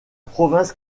province